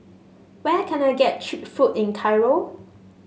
where can I get cheap food in Cairo